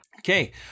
Okay